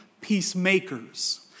peacemakers